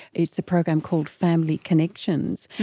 it's a program called family connections.